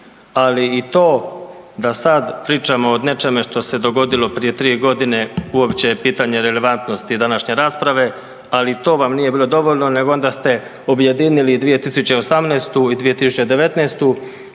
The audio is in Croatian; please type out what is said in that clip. ali i to da sada pričamo o nečemu što se dogodilo prije tri godine uopće je pitanje relevantnosti današnje rasprave. Ali i to vam nije bilo dovoljno, nego onda ste objedinili i 2018. i 2019.